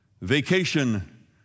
vacation